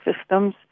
systems